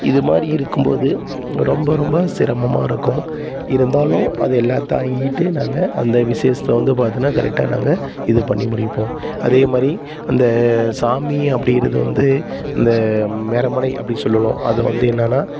இது மாதிரி இருக்கும் போது ரொம்ப ரொம்ப சிரமமாக இருக்கும் இருந்தாலும் அது எல்லாம் தாங்கிக்கிட்டு நாங்கள் அந்த விஸேசத்தை வந்து பார்த்திங்கனா கரெக்டா நாங்க இது பண்ணி முடிப்போம் அதே மாதிரி அந்த சாமி அப்படிங்கிறது வந்து அந்த மேறமலை அப்படி சொல்லுவோம் அதை வந்து என்னான்னால்